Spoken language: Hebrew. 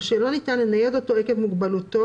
או שלא ניתן לנייד אותו עקב מוגבלותו,